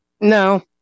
No